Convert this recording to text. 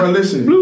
listen